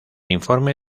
informe